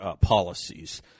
policies